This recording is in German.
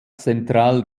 central